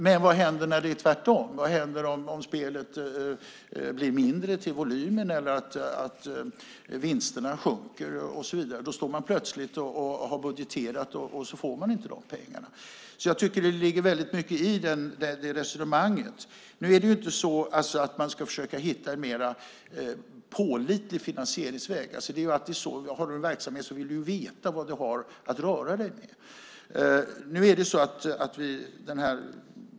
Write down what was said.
Men vad händer när det är tvärtom? Vad händer om spelet blir mindre till volymen eller om vinsterna sjunker? Då står man plötsligt och har budgeterat och så får man inte de pengarna. Jag tycker att det ligger väldigt mycket i resonemanget att man ska försöka hitta en mer pålitlig finansieringsväg. Det är alltid så att har du en verksamhet vill du veta vad du har att röra dig med.